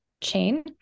chain